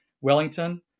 Wellington